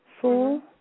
Four